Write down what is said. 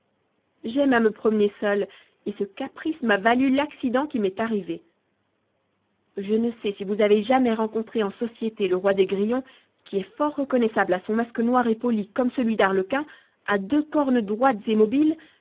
j'aime à me promener seule etce caprice m'a valu l'accident qui m'est arrivé je ne sais si voua avez jamais rencontré en société le roi des grillons qui est fort reconnaissable à son masque noir et poli comme celui d'arlequin à deux cornes droites et mobiles